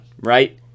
right